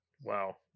wow